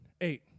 eight